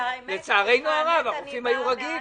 לצערנו הרב החופים פעלו כרגיל.